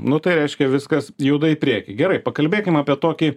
nu tai reiškia viskas juda į priekį gerai pakalbėkim apie tokį